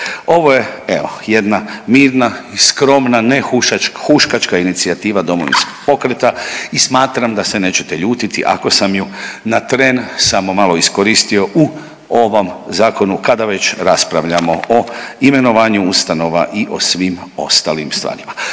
Ovo je evo jedna mirna i skromna, ne huškačka inicijativa Domovinskog pokreta i smatram da se nećete ljutiti ako sam ju na tren samo malo iskoristio u ovom zakonu kada već raspravljamo o imenovanju ustanova i o svim ostalim stvarima.